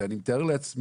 ואני מתאר לעצמי